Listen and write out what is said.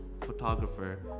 photographer